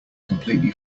completely